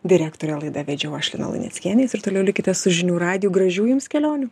direktorė laidą vedžiau aš lina luneckienė ir toliau likite su žinių radiju gražių jums kelionių